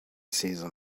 season